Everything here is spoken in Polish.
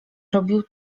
robił